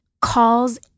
calls